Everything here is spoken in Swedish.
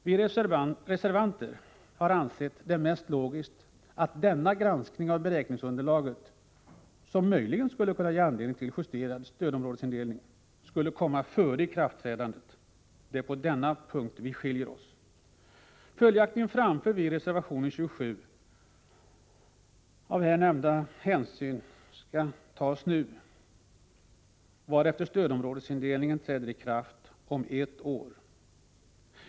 Vi reservanter har ansett det mest logiskt att denna granskning av beräkningsunderlaget, som möjligen skulle kunna ge anledning till justerad stödområdesindelning, skulle komma före ikraftträdandet. Det är på denna punkt vi skiljer oss. Följaktligen framför vi i reservation 27 att här nämnda översyn skall ske, varefter stödområdesindelningen träder i kraft om ett år.